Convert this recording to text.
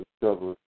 discovered